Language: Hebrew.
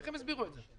איך הם הסבירו את זה?